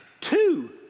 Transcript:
Two